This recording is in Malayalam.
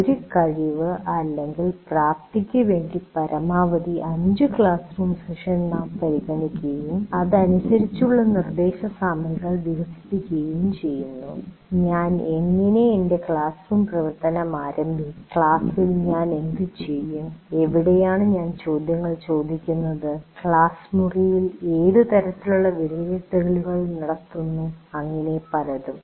ഒരു കഴിവ് അല്ലെങ്കിൽ പ്രാപ്തിക്കു വേണ്ടി പരമാവധി 5 ക്ലാസ് റൂം സെഷനുകൾ നാം പരിഗണിക്കുകയും അതനുസരിച്ചുള്ള നിർദേശസാമഗ്രികൾ വികസിപ്പിക്കുകയും ചെയ്യുന്നു എങ്ങനെ ഞാൻ എൻറെ ക്ലാസ് റൂം പ്രവർത്തനം ആരംഭിക്കും ക്ലാസ്സിൽ ഞാൻ എന്തുചെയ്യും എവിടെയാണ് ഞാൻ ചോദ്യങ്ങൾ ചോദിക്കുന്നത് ക്ലാസ് മുറിയിൽ ഏത് തരത്തിലുള്ള വിലയിരുത്തലുകൾ നടത്തുന്നു അങ്ങിനെ പലതും